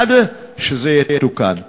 עד שזה יתוקן.